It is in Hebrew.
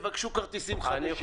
יבקשו כרטיסים חדשים,